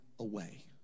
away